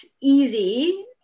easy